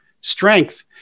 strength